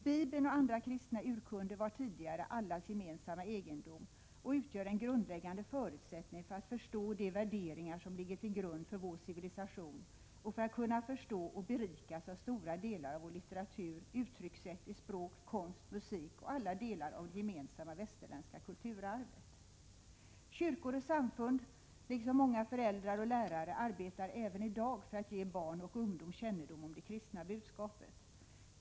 Bibeln och andra kristna urkunder var tidigare allas gemensamma egendom och utgör en grundläggande förutsättning för att förstå de värderingar som ligger till grund för vår civilisation och för att kunna förstå och berikas av stora delar av vår litteratur, uttryckssätt i språk, konst, musik och alla delar av det gemensamma västerländska kulturarvet. Kyrkor och samfund liksom många föräldrar och lärare arbetar även i dag för att ge barn och ungdom kännedom om det kristna budskapet.